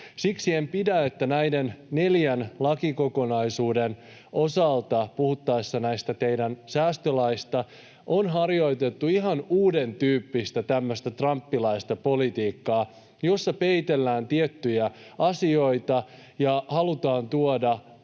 Siksi en pidä siitä, että näiden neljän lakikokonaisuuden osalta, puhuttaessa näistä teidän säästölaeistanne, on harjoitettu tämmöistä ihan uudentyyppistä trumppilaista politiikkaa, jossa peitellään tiettyjä asioita ja halutaan tuoda